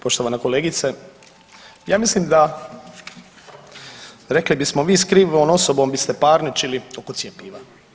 Poštovana kolegice, ja mislim da rekli bismo vi s krivom osobom biste parničili oko cjepiva.